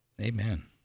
amen